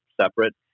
separate